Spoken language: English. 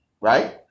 right